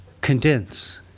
condense